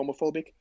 homophobic